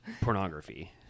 pornography